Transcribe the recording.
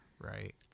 right